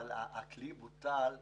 הכלי בוטל ב-2018.